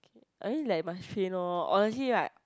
I mean like must train lor honestly right